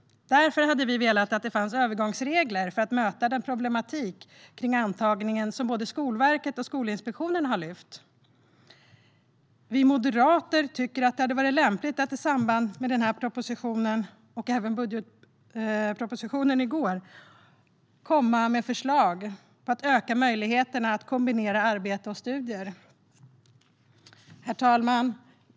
Därför hade vi velat att det fanns övergångsregler för att möta den problematik kring antagningen som både Skolverket och Skolinspektionen har lyft fram. Vi moderater tycker att det hade varit lämpligt att i samband med denna proposition och även budgetpropositionen i går komma med förslag om att öka möjligheterna att kombinera arbete och studier. Herr talman!